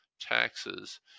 taxes